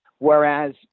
Whereas